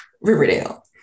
Riverdale